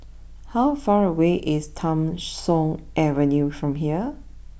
how far away is Tham Soong Avenue from here